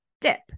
dip